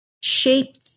shape